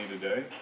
today